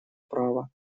права